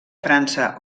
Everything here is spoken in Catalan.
frança